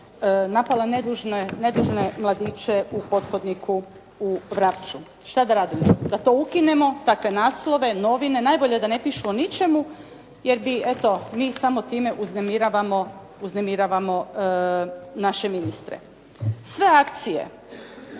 napala nedužne mladiće u pothodniku u Vrapču. Šta da radimo? Da to ukinemo takve naslove, novine najbolje da ne pišu o ničemu jer bi eto mi samo time uznemiravamo naše ministre. Sve akcije,